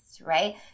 right